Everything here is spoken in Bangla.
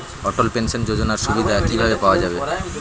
অটল পেনশন যোজনার সুবিধা কি ভাবে পাওয়া যাবে?